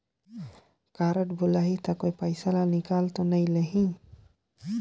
Card भुलाही ता कोई पईसा ला निकाल तो नि लेही?